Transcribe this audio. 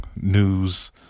news